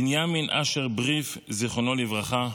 בנימין אשר בריף, זיכרונו לברכה,